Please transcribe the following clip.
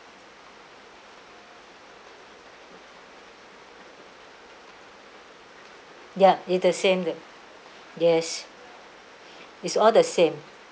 ya it the same the yes it's all the same